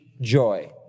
joy